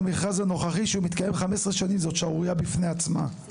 מה שאלה פשוטה.